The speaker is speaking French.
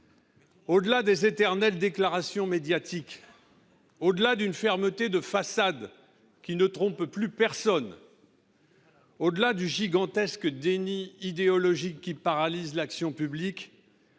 Au delà des éternelles déclarations médiatiques, d’une fermeté de façade qui ne trompe plus personne, du gigantesque déni idéologique qui paralyse l’action publique,